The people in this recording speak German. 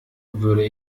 würde